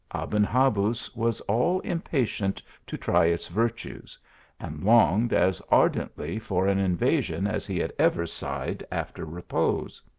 aben habuz was all impatient to try its virtues and longed as ardently for an invasion as he had ever sighed after repose.